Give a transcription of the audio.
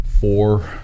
Four